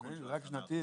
זה עדכון של השנה האחרונה.